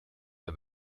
der